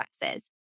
classes